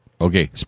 Okay